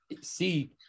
see